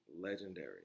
legendary